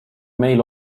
meil